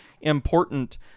important